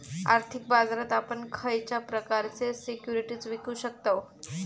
आर्थिक बाजारात आपण खयच्या प्रकारचे सिक्युरिटीज विकु शकतव?